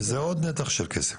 זה עוד נתח של כסף